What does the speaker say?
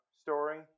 story